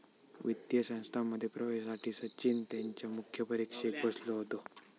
वित्तीय संस्थांमध्ये प्रवेशासाठी सचिन त्यांच्या मुख्य परीक्षेक बसलो होतो